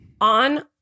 on